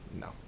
No